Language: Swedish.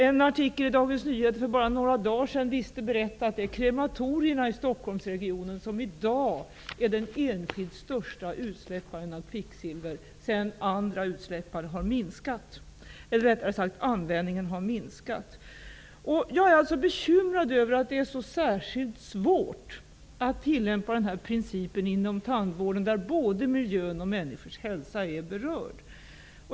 I en artikel i Dagens Nyheter för bara några dagar sedan berättades det att det i dag -- sedan den totala användningen har minskat -- är krematorierna i Stockholmsregionen som står för de största utsläppen av kvicksilver. Jag är alltså bekymrad över att det är så svårt att tillämpa den här principen inom tandvården, där både miljön och människors hälsa är berörd.